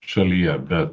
šalyje be